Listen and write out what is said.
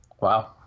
wow